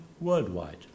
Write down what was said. worldwide